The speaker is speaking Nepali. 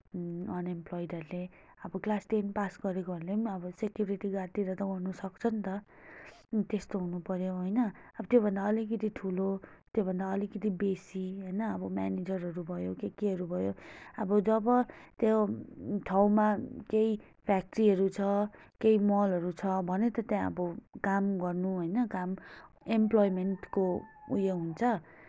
अनइम्प्लोइडहरूले अब क्लास टेन पास गरेकोहरूले पनि अब सेक्युरिटी गार्डतिर त हुनु सक्छ नि त त्यस्तो हुनुपर्यो होइन अब त्योभन्दा अलिकति ठुलो त्योभन्दा अलिकिति बेसी होइन अब म्यानेजरहरू भयो केकेहरू भयो अब जब त्यो ठाउँमा केही फ्याक्ट्रीहरू छ केही मलहरू छ भने त त्यहाँ अब काम गर्नु होइन काम एम्प्लोइमेन्टको उयो हुन्छ